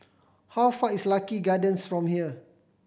how far is Lucky Gardens from here